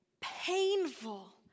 painful